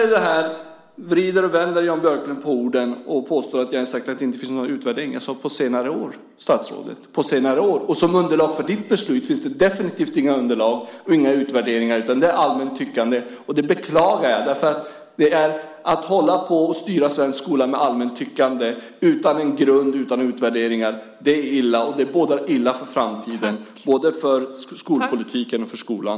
Sedan vrider och vänder Jan Björklund på orden och påstår att jag har sagt att det inte finns några utvärderingar. Jag sade "på senare år", statsrådet. Som underlag för ditt beslut finns det definitivt inga underlag och inga utvärderingar, utan det är allmänt tyckande. Det beklagar jag. Att hålla på och styra svensk skola med allmänt tyckande, utan grund och utan utvärderingar, det är illa, och det bådar illa för framtiden, både för skolpolitiken och för skolan.